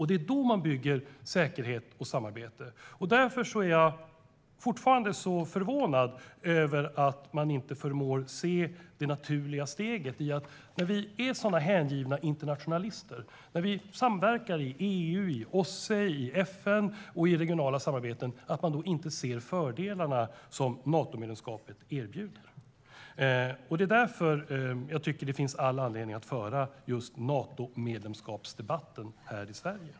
Det är då man bygger säkerhet och samarbete. Därför är jag fortfarande förvånad över att man inte förmår se fördelarna som Natomedlemskapet erbjuder när vi ju är sådana hängivna internationalister och samverkar i EU, OSSE, FN och regionala samarbeten. Det är därför jag tycker att det finns all anledning att föra just Natomedlemskapsdebatten är i Sverige.